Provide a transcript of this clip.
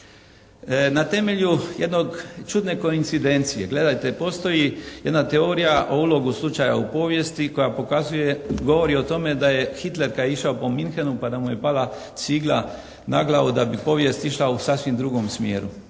na temelju jedne čudne koincidencije. Gledajte postoji jedna teorija o ulogu slučaja u povijesti koja pokazuje, govori o tome da je Hitler kada je išao po Munchenu pa da mu je pala cigla na glavu da bi povijest išla u sasvim drugom smjeru.